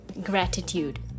Gratitude